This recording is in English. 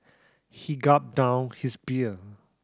he gulped down his beer